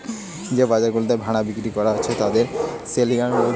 যে বাজার গুলাতে ভেড়া বিক্রি কোরা হচ্ছে তাকে সেলইয়ার্ড বোলছে